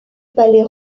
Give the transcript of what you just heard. palais